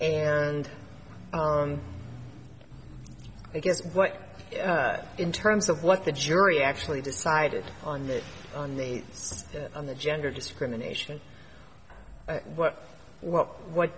and i guess what in terms of what the jury actually decided on this on the on the gender discrimination what what what